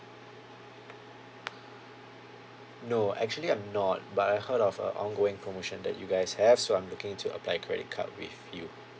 no actually I'm not but I heard of a ongoing promotion that you guys have so I'm looking to apply credit card with you